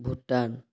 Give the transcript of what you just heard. Bhutan